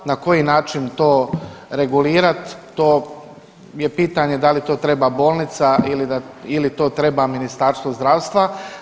Na koji način to regulirat, to je pitanje da li to treba bolnica ili to treba Ministarstvo zdravstva.